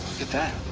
at that.